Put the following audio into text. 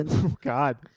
God